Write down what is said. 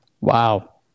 Wow